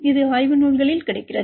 இது ஆய்வுநூல்களில் கிடைக்கிறது